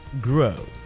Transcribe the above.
grow